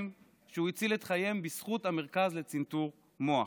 שהוא הציל את חייהם בזכות המרכז לצנתור מוח,